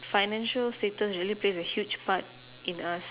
financial status really plays a huge part in us